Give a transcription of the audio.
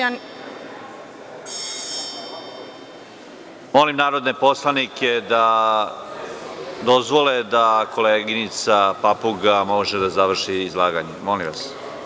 Molim narodne poslanike da dozvole da koleginica Papuga može da završi izlaganje, molim vas.